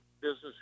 business